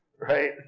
Right